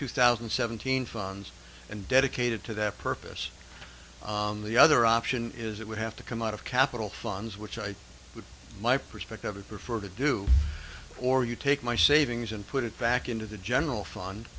two thousand and seventeen funds and dedicated to that purpose the other option is it would have to come out of capital funds which i would my perspective a prefer to do or you take my savings and put it back into the general fund